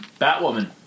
Batwoman